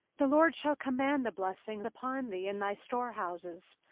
the lord shall command the blessing upon thee in thy storehouses,